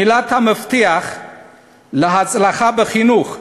מילת המפתח להצלחה בחינוך,